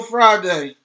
Friday